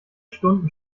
stunden